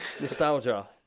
Nostalgia